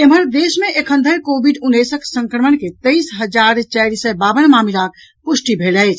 एम्हर देश मे एखन धरि कोविड उन्नैस संक्रमण के तेईस हजार चारि सय बावन मामिलाक पुष्टि भेल अछि